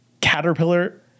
Caterpillar